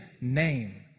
name